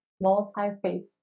multi-phase